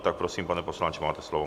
Tak prosím, pane poslanče, máte slovo.